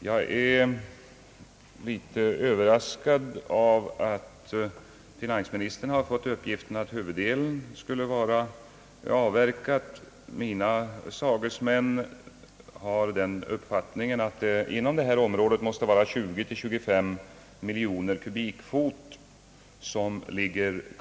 Jag är litet överraskad av att finansministern har fått uppgiften att huvuddelen skulle vara avverkad. Mina sagesmän har den uppfattningen att det inom området måste ligga kvar 20 å 25 miljoner kubikfot i skogen.